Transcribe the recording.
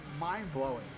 mind-blowing